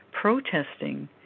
protesting